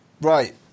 Right